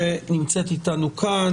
שנמצאת איתנו כן.